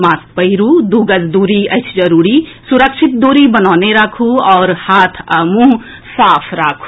mask पहिरू दू गज दूरी अछि जरूरी सुरक्षित दूरी बनौने राखू आओर हाथ आ मुंह साफ राखू